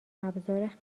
ابزار